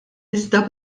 iżda